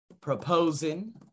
proposing